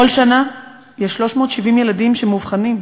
בכל שנה יש 370 ילדים שמאובחנים.